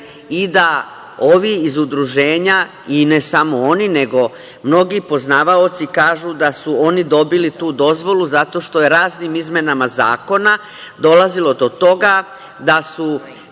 i da ovi iz udruženja i ne samo oni, nego mnogi poznavaoci kažu da su oni dobili tu dozvolu zato što je raznim izmenama zakona dolazilo do toga da su